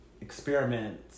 experiment